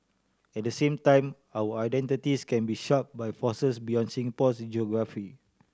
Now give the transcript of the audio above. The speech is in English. at the same time our identities can be sharped by forces beyond Singapore's geography